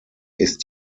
ist